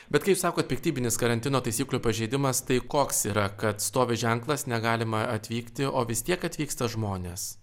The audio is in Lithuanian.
bet kai jūs sakot piktybinis karantino taisyklių pažeidimas tai koks yra kad stovi ženklas negalima atvykti o vis tiek atvyksta žmonės